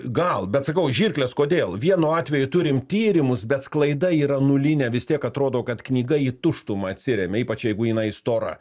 gal bet sakau žirklės kodėl vienu atveju turim tyrimus bet sklaida yra nulinė vis tiek atrodo kad knyga į tuštumą atsiremia ypač jeigu jinai stora